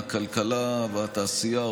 הכלכלה והתעשייה,